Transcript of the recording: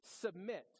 submit